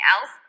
else